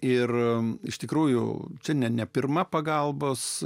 ir iš tikrųjų čia ne pirma pagalbos